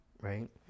right